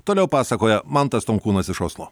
toliau pasakoja mantas tomkūnas iš oslo